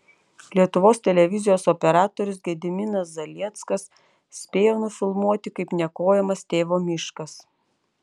lietuvos televizijos operatorius gediminas zalieckas spėjo nufilmuoti kaip niokojamas tėvo miškas